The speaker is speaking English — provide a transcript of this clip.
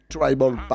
Tribal